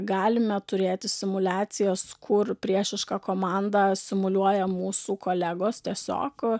galime turėti simuliacijos kur priešišką komandą simuliuoja mūsų kolegos tiesiog